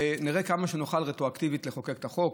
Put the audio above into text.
ונראה כמה נוכל רטרואקטיבית לחוקק את החוק.